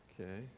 Okay